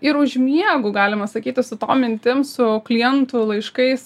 ir užmiegu galima sakyti su tom mintim su klientų laiškais